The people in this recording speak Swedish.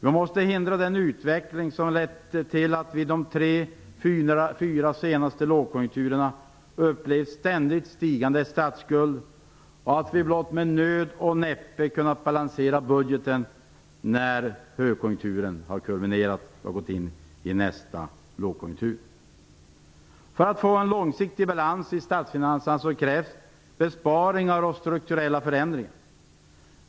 Vi måste hindra den utveckling som lett till att vi de tre fyra senaste lågkonjunkturerna upplevt ständigt stigande statsskuld och att vi blott med nöd och näppe kunnat balansera budgeten när högkonjunkturen har kulminerat och vi gått in i nästa lågkonjunktur. För att få en långsiktig balans i statsfinanserna krävs besparingar och strukturella förändringar.